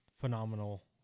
phenomenal